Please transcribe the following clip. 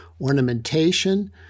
ornamentation